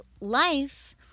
life